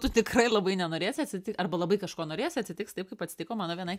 tu tikrai labai nenorėsi atsiti arba labai kažko norėsi atsitiks taip kaip atsitiko mano vienai